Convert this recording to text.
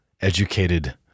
educated